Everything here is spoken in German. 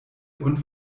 und